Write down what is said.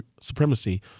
supremacy